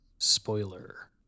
Spoiler